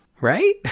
Right